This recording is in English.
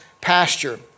pasture